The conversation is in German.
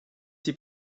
sie